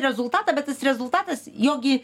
rezultatą bet tas rezultatas jo gi